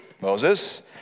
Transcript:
Moses